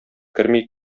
керми